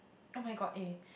[oh]-my-god eh